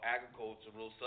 Agricultural